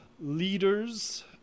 leaders